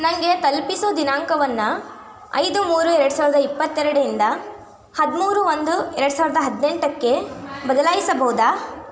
ನನಗೆ ತಲುಪಿಸೋ ದಿನಾಂಕವನ್ನು ಐದು ಮೂರು ಎರಡು ಸಾವಿರ್ದ ಇಪ್ಪತ್ತೆರಡರಿಂದ ಹದಿಮೂರು ಒಂದು ಎರಡು ಸಾವಿರ್ದ ಹದಿನೆಂಟಕ್ಕೆ ಬದಲಾಯಿಸಬಹುದಾ